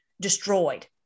destroyed